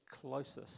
closest